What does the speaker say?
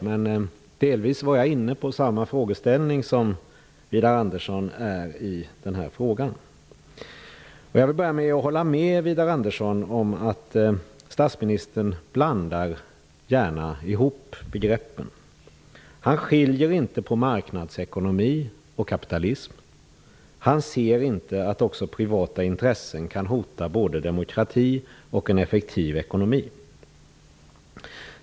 Jag var delvis inne på samma frågeställning som Widar Jag vill börja med att hålla med Widar Andersson om att statsministern gärna blandar ihop begreppen. Han skiljer inte på marknadsekonomi och kapitalism. Han ser inte att också privata intressen kan hota både demokratin och en effektiv ekonomi.